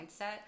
mindset